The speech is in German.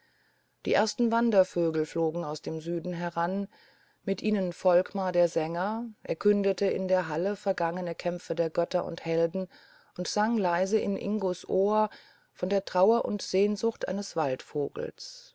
die ersten wandervögel flogen aus dem süden heran mit ihnen volkmar der sänger er kündete in der königshalle vergangene kämpfe der götter und helden und sang leise in ingos ohr von der trauer und sehnsucht eines waldvogels